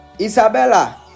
Isabella